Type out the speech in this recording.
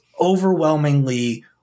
overwhelmingly